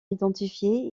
identifiés